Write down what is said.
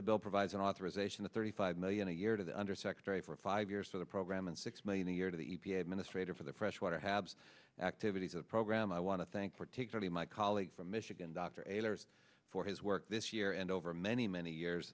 the bill provides an authorization to thirty five million a year to the undersecretary for five years for the program and six million a year to the e p a administrator for the fresh water habs activities of the program i want to thank particularly my colleague from michigan dr elders for his work this year and over many many years